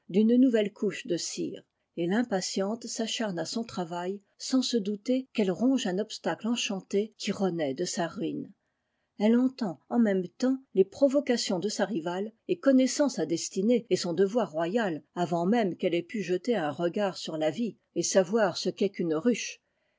d'une nouvelle couche de cire et l'impatiente s'acharne à son travail sans se douter qu'elle ronge un obstacle enchanté qui renaît de sa ruine elle entend en même temps les provocations de sa rivale et connaissant sa destinée et son devoir royal avant môme qu'elle ait pu jeter un regard sur la vie et savoir ce que c'est qu'une ruche